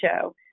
show